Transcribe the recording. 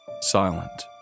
silent